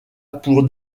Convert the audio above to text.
pour